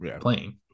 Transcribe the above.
playing